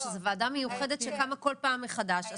שזאת ועדה מיוחדת שקמה כל פעם מחדש.